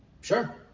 Sure